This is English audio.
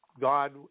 God